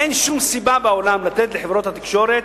אין שום סיבה בעולם לתת לחברות התקשורת,